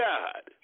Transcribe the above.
God